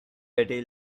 betty